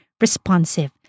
responsive